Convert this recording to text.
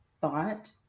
thought